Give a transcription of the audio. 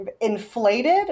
inflated